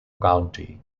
county